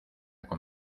con